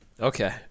Okay